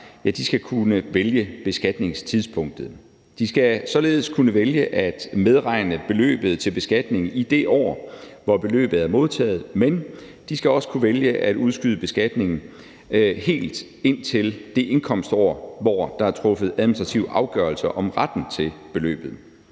skal kunne vælge beskatningstidspunktet. De skal således kunne vælge at medregne beløbet til beskatning i det år, hvor beløbet er modtaget, men de skal også kunne vælge at udskyde beskatningen helt ind til det indkomstår, hvor der er truffet administrativ afgørelse om retten til beløbet.